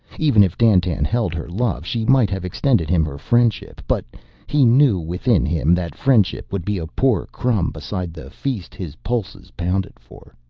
even if dandtan held her love, she might have extended him her friendship. but he knew within him that friendship would be a poor crumb beside the feast his pulses pounded for.